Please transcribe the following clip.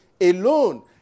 alone